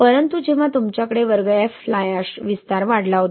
परंतु जेव्हा तुमच्याकडे वर्ग F फ्लाय अॅश विस्तार वाढला होता